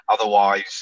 Otherwise